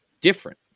different